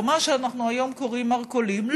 או מה שאנחנו היום קוראים מרכולים,